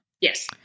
Yes